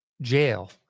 jail